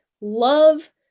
love